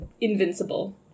invincible